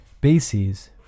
bases